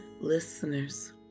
Listeners